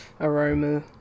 aroma